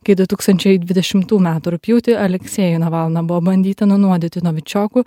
kai du tūkstančiai dvidešimtų metų rugpjūtį aleksejų navalną buvo bandyta nunuodyti novičioku